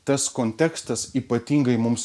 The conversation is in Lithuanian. tas kontekstas ypatingai mums